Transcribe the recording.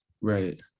Right